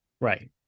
Right